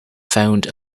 found